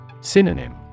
Synonym